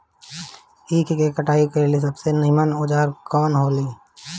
ईख के कटाई ला सबसे नीमन औजार कवन होई?